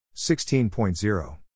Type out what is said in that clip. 16.0